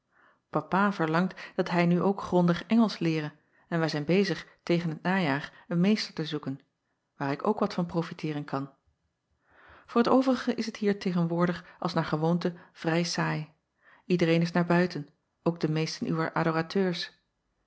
apa verlangt dat hij nu ook grondig ngelsch leere en wij zijn bezig tegen t najaar een meester te zoeken waar ik ook wat van profiteeren kan oor t overige is het hier tegenwoordig als naar gewoonte vrij saai iedereen is naar buiten ook de meesten uwer